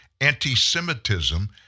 anti-Semitism